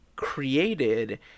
created